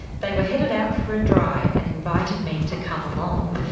they were headed out for a drive and invited me to come along.